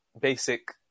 basic